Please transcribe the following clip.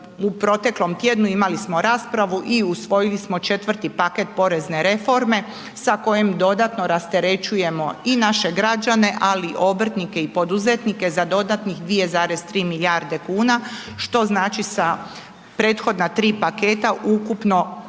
u proteklom tjednu imali smo raspravu i usvojili smo 4 paket porezne reforme sa kojim dodatno rasterećujemo i naše građane, ali i obrtnike i poduzetnike za dodatnih 2,3 milijarde kuna što znači sa prethodna tri paketa ukupno